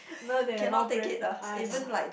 no they're more brave I cannot